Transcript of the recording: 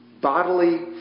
bodily